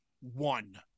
one